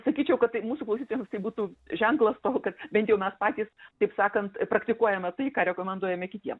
sakyčiau kad tai mūsų klausytojams tai būtų ženklas kad bent jau mes patys taip sakant praktikuojame tai ką rekomenduojame kitiem